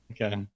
Okay